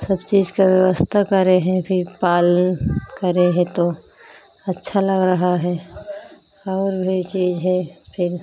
सब चीज़ की व्यवस्था करे हैं फिर पाले करे हैं तो अच्छा लग रहा है और भी चीज़ है फिर